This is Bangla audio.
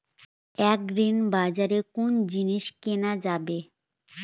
আগ্রিবাজারে কোন জিনিস কেনা যাবে?